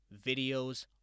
videos